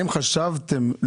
האם חשבתם,